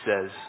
says